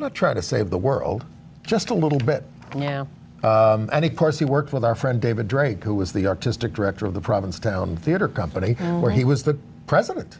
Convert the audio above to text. going to try to save the world just a little bit now and of course he worked with our friend david drake who was the artistic director of the provincetown theater company where he was the president